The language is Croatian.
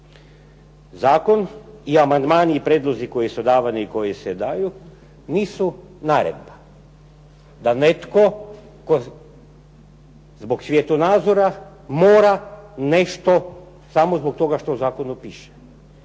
Zakon i amandmani i prijedlozi koji su davani i koji se daju, nisu naredba da netko zbog svjetonazora mora nešto samo zbog toga što u zakonu piše.